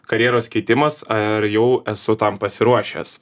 karjeros keitimas ar jau esu tam pasiruošęs